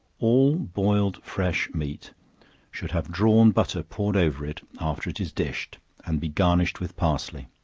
all boiled fresh meat should have drawn butter poured over it, after it is dished, and be garnished with parsley.